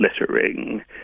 littering